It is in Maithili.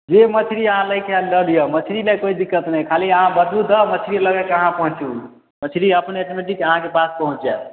जे मछरी आहाँ लैके हय लऽ लिऽ मछरीमे कोइ दिक्कत नहि खाली अहाँ बाजू तऽ मछरी लगक अहाँ पहुँचू मछरी अपनेसँ नजदीक अहाँके पास पहुँच जायत